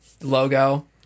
logo